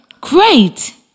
Great